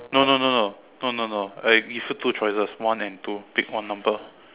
no no no no no no no I give you two choices one and two pick one number